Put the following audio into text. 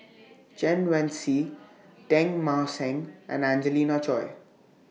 Chen Wen Hsi Teng Mah Seng and Angelina Choy